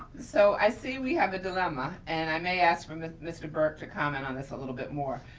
so i see we have a dilemma, and i may ask for um ah mr. burke to comment on this a little bit more,